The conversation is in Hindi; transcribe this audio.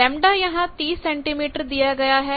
λ यहां 30 सेंटीमीटर दिया गया है